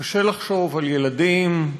קשה לחשוב על ילדים,